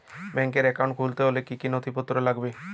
Bank account খুলতে হলে কি কি নথিপত্র লাগবে?